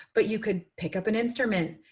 but you could pick up an instrument.